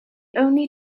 only